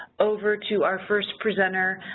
over to our first presenter,